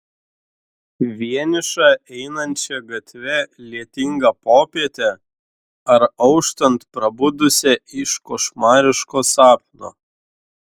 vienišą einančią gatve lietingą popietę ar auštant prabudusią iš košmariško sapno